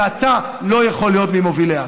שאתה לא יכול להיות ממוביליה.